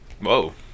Whoa